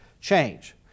change